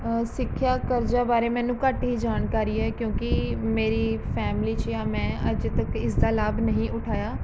ਸਿੱਖਿਆ ਕਰਜ਼ਾ ਬਾਰੇ ਮੈਨੂੰ ਘੱਟ ਹੀ ਜਾਣਕਾਰੀ ਹੈ ਕਿਉਂਕਿ ਮੇਰੀ ਫੈਮਿਲੀ 'ਚ ਜਾਂ ਮੈਂ ਅੱਜ ਤੱਕ ਇਸਦਾ ਲਾਭ ਨਹੀਂ ਉਠਾਇਆ